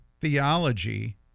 theology